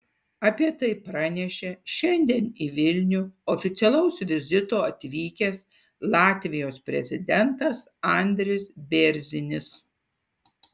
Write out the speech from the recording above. apie tai pranešė šiandien į vilnių oficialaus vizito atvykęs latvijos prezidentas andris bėrzinis